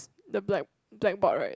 the black blackboard right